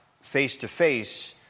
face-to-face